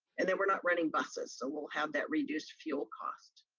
and then we're not renting buses, so we'll have that reduced fuel cost.